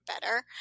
better